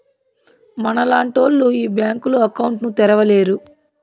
మనలాంటోళ్లు ఈ బ్యాంకులో అకౌంట్ ను తెరవలేరు